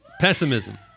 pessimism